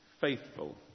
faithful